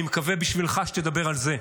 אני מקווה בשבילך שתדבר על זה,